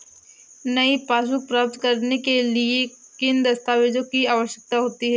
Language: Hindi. नई पासबुक प्राप्त करने के लिए किन दस्तावेज़ों की आवश्यकता होती है?